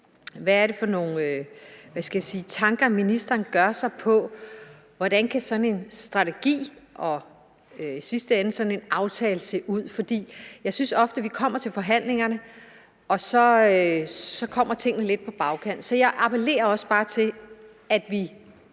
hvad skal jeg sige, tanker, ministeren gør sig om, hvordan sådan en strategi og i sidste ende sådan en aftale kan se ud. For jeg synes ofte, vi kommer til forhandlingerne, og så kommer tingene lidt på bagkant. Så jeg appellerer også bare til, at vi